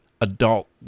adult